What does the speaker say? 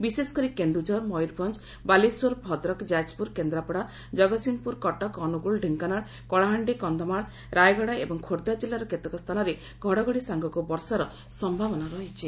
ବିଶେଷକରି କେନୁଝର ମୟରଭଞ୍ଞ ବାଲେଶ୍ୱର ଭଦ୍ରକ ଯାଜପୁର କେନ୍ଦ୍ରାପଡ଼ା ଜଗତସିଂହପୁର କଟକ ଅନୁଗୁଳ ଢେଙ୍କାନାଳ କଳାହାଣ୍ଡି କସ୍ଧମାଳ ରାୟଗଡ଼ା ଏବଂ ଖୋର୍ବ୍ଧା ଜିଲ୍ଲାର କେତେକ ସ୍ଥାନରେ ଘଡ଼ଘଡ଼ି ସାଙ୍ଗକୁ ବର୍ଷାର ସୟାବନା ରହିଛି